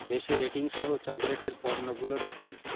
বেশি রেটিং সহ চকলেটের পণ্যগুলো দেখান